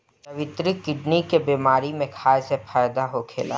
जावित्री किडनी के बेमारी में खाए से फायदा होखेला